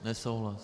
Nesouhlas.